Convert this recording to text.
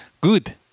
Good